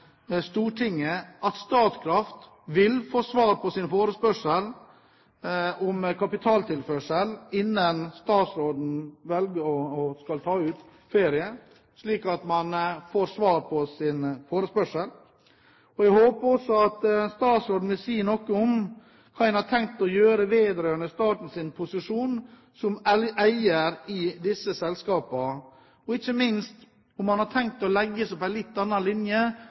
håper at statsråden i sitt innlegg vil fortelle Stortinget at Statkraft vil få svar på sin forespørsel om kapitaltilførsel innen statsråden tar ut ferie, og jeg håper også at statsråden vil si noe om hva man har tenkt å gjøre vedrørende statens posisjon som eier i disse selskapene, ikke minst om han har tenkt å legge seg på en litt annen linje